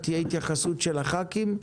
תהיה התייחסות של הח"כים,